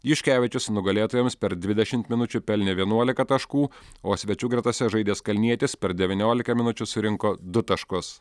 juškevičius nugalėtojams per dvidešimt minučių pelnė vienuolika taškų o svečių gretose žaidęs kalnietis per devyniolika minučių surinko du taškus